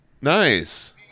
Nice